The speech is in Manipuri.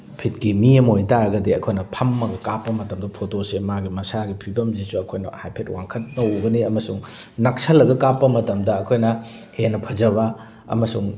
ꯐꯤꯠꯀꯤ ꯃꯤ ꯑꯃ ꯑꯣꯏ ꯇꯥꯔꯒꯗꯤ ꯑꯩꯈꯣꯏꯅ ꯐꯝꯃꯒ ꯀꯥꯞꯄ ꯃꯇꯝꯗ ꯐꯣꯇꯣꯁꯦ ꯃꯥꯒꯤ ꯃꯁꯥꯒꯤ ꯐꯤꯕꯝꯁꯤꯁꯨ ꯑꯩꯈꯣꯏꯅ ꯍꯥꯏꯐꯦꯠ ꯋꯥꯡꯈꯠꯅ ꯎꯒꯅꯤ ꯑꯃꯁꯨꯡ ꯅꯛꯁꯜꯂꯒ ꯀꯥꯞꯄ ꯃꯇꯝꯗ ꯑꯩꯈꯣꯏꯅ ꯍꯦꯟꯅ ꯐꯖꯕ ꯑꯃꯁꯨꯡ